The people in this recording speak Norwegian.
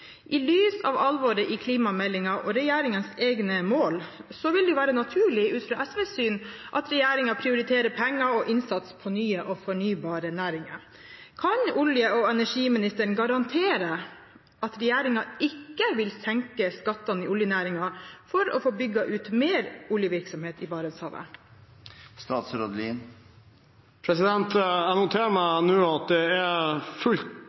I lys av alvoret i klimameldingen og regjeringens egne mål vil det være naturlig – ut ifra SVs syn – at regjeringen prioriterer penger og innsats på nye og fornybare næringer. Kan olje- og energiministeren garantere at regjeringen ikke vil senke skattene i oljenæringen for å få bygd ut mer oljevirksomhet i Barentshavet? Jeg noterer meg nå at det er fullt